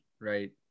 right